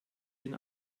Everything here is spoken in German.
den